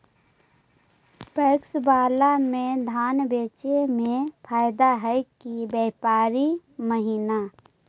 PACS बाला में धान बेचे मे फायदा है कि व्यापारी महिना?